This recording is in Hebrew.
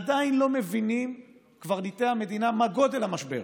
עדיין לא מבינים קברניטי המדינה מה גודל המשבר.